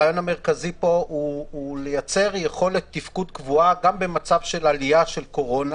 הרעיון המרכזי הוא לייצר יכולת תפקוד קבועה גם במצב של עלייה של קורונה,